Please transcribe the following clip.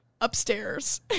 upstairs